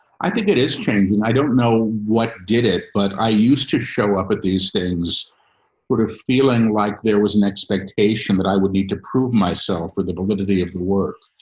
i think it is changing. i don't know what did it, but i used to show up at these things were feeling like there was an expectation that i would need to prove myself or the validity of the work,